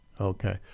Okay